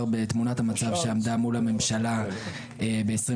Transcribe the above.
בתמונת המצב שעמדה מול הממשלה ב-2021.